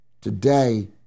today